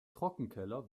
trockenkeller